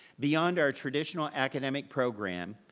beyond our traditional academic program,